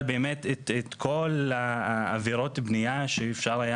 באמת את כל עבירות הבנייה שאפשר היה